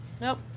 Nope